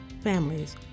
families